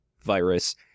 virus